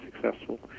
successful